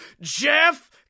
Jeff